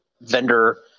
Vendor